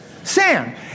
Sam